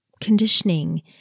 conditioning